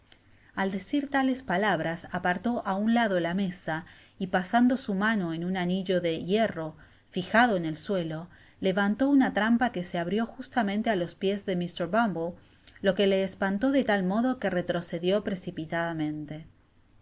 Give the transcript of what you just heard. al decir tales palabras apartó á un lado la mesa y pasando su mano en un anillo de'hierro fijado en el suelo levantó una trampa que se abrió justamente á los piés de mr bumble lo qu le espantó de tal modo que retrocedió